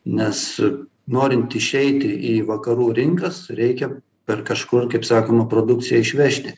nes norint išeiti į vakarų rinkas reikia per kažkur kaip sakoma produkciją išvežti